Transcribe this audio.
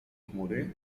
chmury